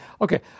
Okay